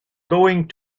going